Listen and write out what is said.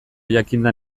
jakinda